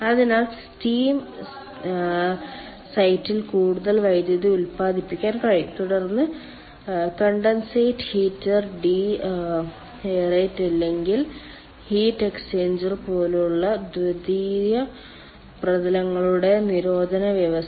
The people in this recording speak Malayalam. അതിനാൽ സ്റ്റീം സൈറ്റിൽ കൂടുതൽ വൈദ്യുതി ഉത്പാദിപ്പിക്കാൻ കഴിയും തുടർന്ന് കണ്ടൻസേറ്റ് ഹീറ്റർ ഡി എയറേറ്റർ അല്ലെങ്കിൽ ഹീറ്റ് എക്സ്ചേഞ്ചർ പോലുള്ള ദ്വിതീയ പ്രതലങ്ങളുടെ നിരോധന വ്യവസ്ഥ